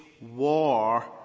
War